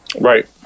Right